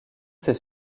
ces